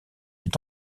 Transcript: est